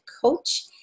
coach